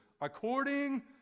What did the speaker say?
according